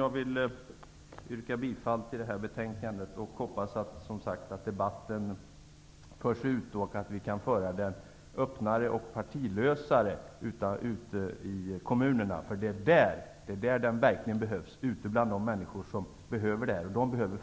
Jag vill yrka bifall till hemställan i detta betänkande, och jag hoppas att debatten förs ut och att vi kan föra den öppnare och så att säga partilösare ute i kommunerna. Det är nämligen där som den verkligen behövs, ute bland de människor som